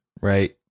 Right